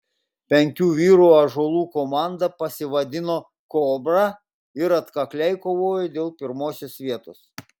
penkių vyrų ąžuolų komanda pasivadino kobra ir atkakliai kovojo dėl pirmosios vietos